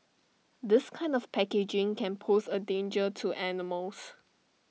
this kind of packaging can pose A danger to animals